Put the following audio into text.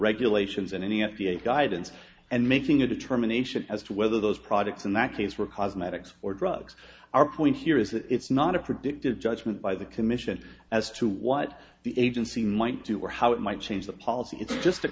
regulations and any f d a guidance and making a determination as to whether those products in that case were cosmetics or drugs our point here is that it's not a predictive judgment by the commission as to what the agency might do or how it might change the policy it's just a